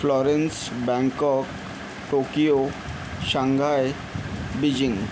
florence Bangkok Tokyo Shanghai Beijing